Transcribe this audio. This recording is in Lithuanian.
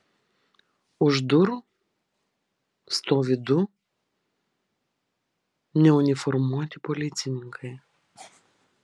už durų stovi du neuniformuoti policininkai